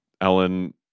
Ellen